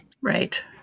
Right